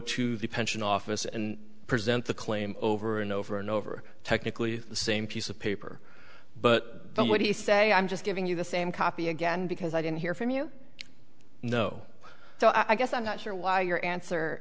to the pension office and present the claim over and over and over technically the same piece of paper but then what do you say i'm just giving you the same copy again because i didn't hear from you know so i guess i'm not sure why your answer